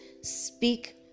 Speak